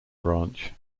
branch